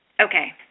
Okay